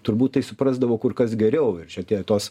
turbūt tai suprasdavo kur kas geriau ir čia tie tos